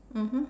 mmhmm